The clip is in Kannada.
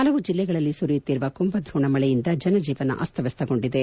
ಪಲವು ಜಿಲ್ಲೆಗಳಲ್ಲಿ ಸುರಿಯುತ್ತಿರುವ ಕುಂಭದ್ರೋಣ ಮಳೆಯಿಂದ ಜನಜೀವನ ಅಸ್ತವ್ಯಸ್ತಗೊಂಡಿದೆ